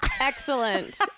excellent